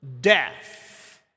death